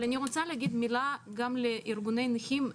אבל אני רוצה לומר גם מילה לארגוני הנכים.